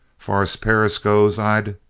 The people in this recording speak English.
far as perris goes, i'd